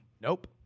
Nope